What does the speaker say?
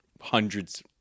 hundreds